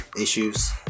issues